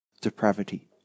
depravity